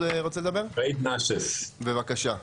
ראיד, בבקשה.